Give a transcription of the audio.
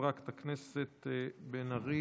חברת הכנסת בן ארי,